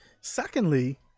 Secondly